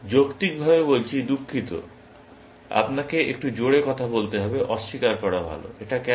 যৌক্তিকভাবে বলছি দুঃখিত আপনাকে একটু জোরে কথা বলতে হবে অস্বীকার করা ভাল এটা কেন